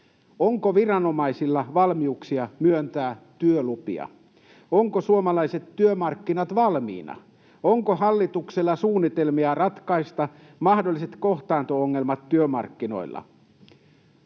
Onko viranomaisilla valmiuksia myöntää työlupia? Ovatko suomalaiset työmarkkinat valmiina? Onko hallituksella suunnitelmia ratkaista mahdolliset kohtaanto-ongelmat työmarkkinoilla?